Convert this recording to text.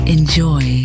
Enjoy